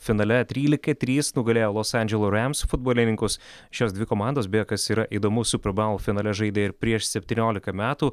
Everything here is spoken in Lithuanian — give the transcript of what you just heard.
finale trylika trys nugalėjo los andželo rems futbolininkus šios dvi komandos beje kas yra įdomu super baul finale žaidė ir prieš septyniolika metų